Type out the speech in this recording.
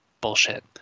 Bullshit